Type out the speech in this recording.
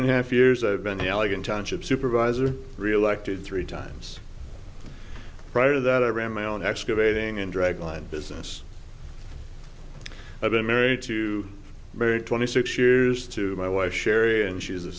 and a half years i've been elegant township supervisor reelected three times prior to that i ran my own excavating and dragline business i've been married to very twenty six years to my wife sherry and she is a